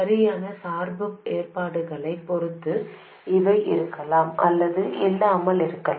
சரியான சார்பு ஏற்பாடுகளைப் பொறுத்து இவை இருக்கலாம் அல்லது இல்லாமல் இருக்கலாம்